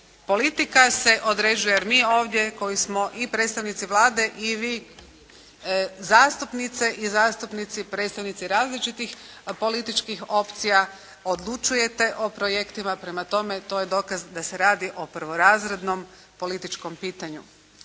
politika se određuje jer mi ovdje koji smo i predstavnici Vlade i vi zastupnice i zastupnici predstavnici različitih političkih opcija odlučujete o projektima. Prema tome to je dokaz da se radi o prvorazrednom političkom pitanju.